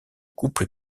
couple